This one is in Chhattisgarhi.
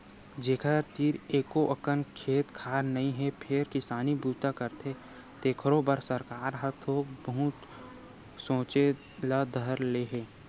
जेखर तीर एको अकन खेत खार नइ हे फेर किसानी बूता करथे तेखरो बर सरकार ह थोक बहुत सोचे ल धर ले हे